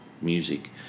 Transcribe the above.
music